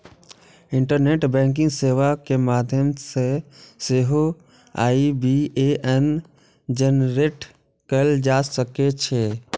internet banking सेवा के माध्यम सं सेहो आई.बी.ए.एन जेनरेट कैल जा सकै छै